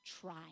try